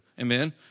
Amen